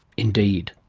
indeed.